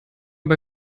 bei